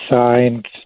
signed